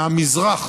מהמזרח